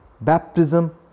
baptism